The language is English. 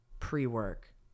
pre-work